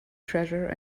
treasure